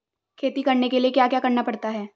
खेती करने के लिए क्या क्या करना पड़ता है?